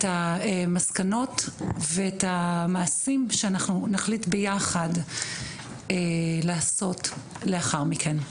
המסקנות ואת המעשים שאנחנו נחליט ביחד לעשות לאחר מכן.